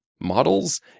models